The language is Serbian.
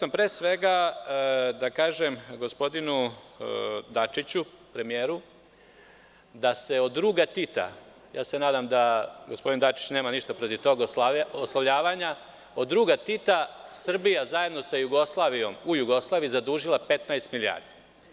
Hteo sam pre svega da kažem gospodinu Dačiću, premijeru, da se od druga Tita, nadam se da gospodin Dačić nema ništa protiv tog oslovljavanja, Srbija zajedno sa Jugoslavijom, u Jugoslaviji, zadužila 15 milijardi.